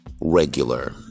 regular